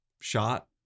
shot